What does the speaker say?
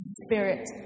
spirit